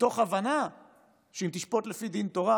מתוך הבנה שאם תשפוט לפי דין תורה,